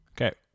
Okay